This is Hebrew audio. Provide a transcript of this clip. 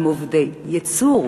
הם עובדי ייצור,